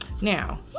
Now